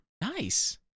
Nice